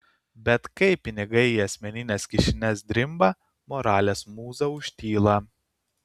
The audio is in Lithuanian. bet kai pinigai į asmenines kišenes drimba moralės mūza užtyla